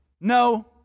No